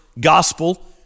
Gospel